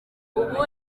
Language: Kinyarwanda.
ubu